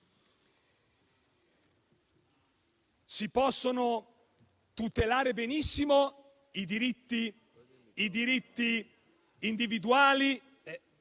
Si possono tutelare benissimo i diritti individuali.